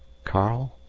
karl!